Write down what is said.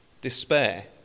despair